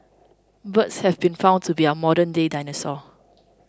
birds have been found to be our modernday dinosaur